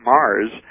Mars